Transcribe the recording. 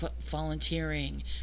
volunteering